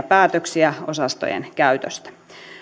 päätöksiä osastojen käytöstä